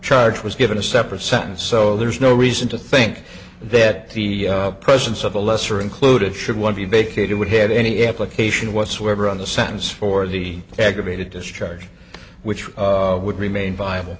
charge was given a separate sentence so there's no reason to think that the presence of a lesser included should one be vacated would have any application whatsoever on the sentence for the aggravated discharge which would remain viable